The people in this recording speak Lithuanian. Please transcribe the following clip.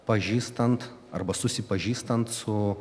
pažįstant arba susipažįstant su